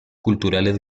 culturales